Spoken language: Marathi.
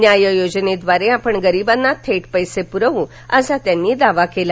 न्याय योजनेद्वारे आपण गरिबांना थेट पैसे पुरवू असा त्यांनी दावा केला